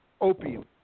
opium